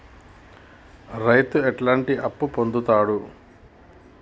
రైతు ఎట్లాంటి అప్పు పొందుతడు?